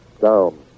down